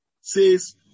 says